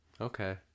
Okay